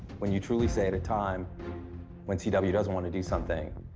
when you truly say at a time when c w. doesn't want to do something,